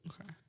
Okay